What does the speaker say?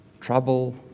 trouble